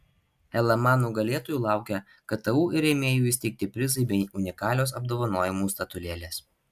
lma nugalėtojų laukia ktu ir rėmėjų įsteigti prizai bei unikalios apdovanojimų statulėlės